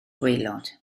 gwaelod